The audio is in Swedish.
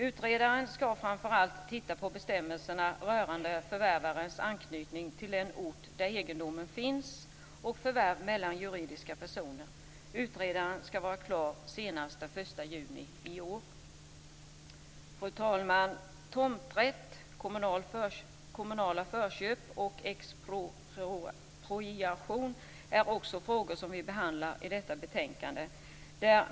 Utredaren ska framför allt titta på bestämmelserna rörande förvärvarens anknytning till den ort där egendomen finns och förvärv mellan juridiska personer. Utredningen ska vara klar senaste den 1 juni i år. Fru talman! Tomträtt, kommunala förköp och expropriation är också frågor som vi behandlar i detta betänkande.